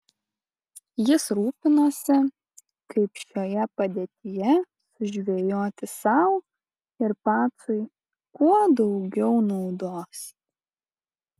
jis rūpinosi kaip šioje padėtyje sužvejoti sau ir pacui kuo daugiau naudos